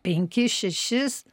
penkis šešis